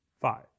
Five